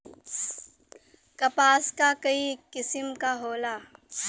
कपास क कई किसिम क होला